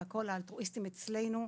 וכל האלטרואיסטים אצלנו.